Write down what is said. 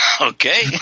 Okay